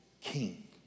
king